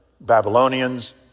Babylonians